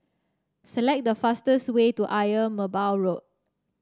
select the fastest way to Ayer Merbau Road